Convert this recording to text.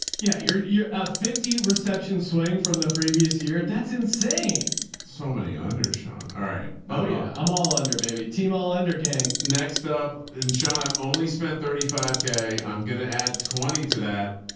yeah. you're you're a fifty reception swing from the previous year. that's insane so many under sean. alright. oh yeah. i'm all under baby team. all under gang next up. and sean, i've only spent thirty five k, i'm going to add twenty to that.